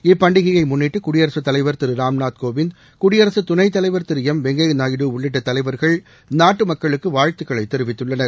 இப்பண்டிகையை முன்னிட்டு குடியரசுத் தலைவர் திரு ராம்நாத் கோவிந்த் குடியரசு துணைத் தலைவர் திரு எம் வெங்கைய நாயுடு உள்ளிட்ட தலைவர்கள் நாட்டு மக்களுக்கு வாழ்த்துக்களை தெரிவித்துள்ளனர்